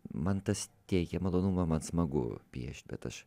man tas teikia malonumą man smagu piešt bet aš